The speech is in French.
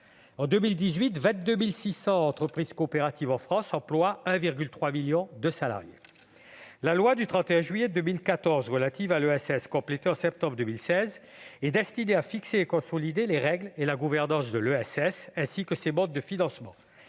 En 2018, quelque 22 600 entreprises coopératives en France emploient 1,3 million de salariés. La loi du 31 juillet 2014 relative à l'ESS, complétée en septembre 2016, est destinée à fixer et consolider les règles et la gouvernance de l'économie sociale et